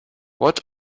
what